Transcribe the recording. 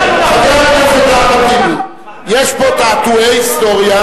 חבר הכנסת אחמד טיבי, יש לך הרבה זכויות בבית הזה,